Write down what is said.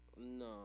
No